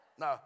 No